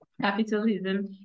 Capitalism